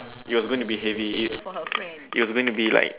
it was going to be heavy it was going to be like